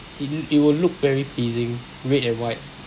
it'll it will look very pleasing red and white